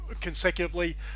consecutively